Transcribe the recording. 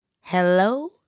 Hello